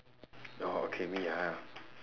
orh okay me ah